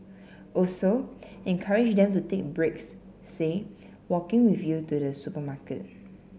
also encourage them to take breaks say walking with you to the supermarket